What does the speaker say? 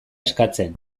eskatzen